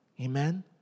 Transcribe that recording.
Amen